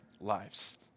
lives